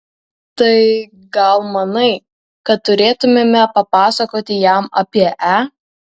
tai gal manai kad turėtumėme papasakoti jam apie e